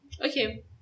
Okay